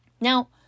Now